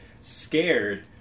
scared